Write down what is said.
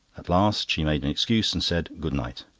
at last she made an excuse, and said good-night.